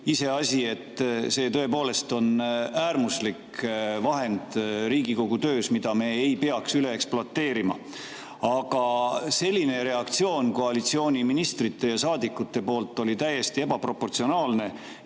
Iseasi, et see tõepoolest on Riigikogu töös äärmuslik vahend, mida me ei peaks üle ekspluateerima. Aga selline reaktsioon koalitsiooni ministrite ja saadikute poolt oli täiesti ebaproportsionaalne